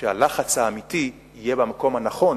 והלחץ האמיתי יהיה במקום הנכון,